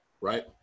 right